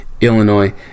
Illinois